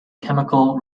chemical